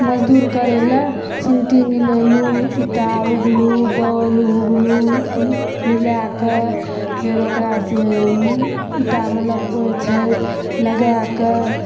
मजदूर करै लए सिमटी मिलेलहुँ ईटा उघलहुँ बाउल उघलहुँ मिलाकऽ फेर ओकरासँ ईटामे लगबै छै लगाकऽ